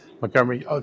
Montgomery